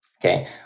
Okay